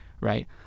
right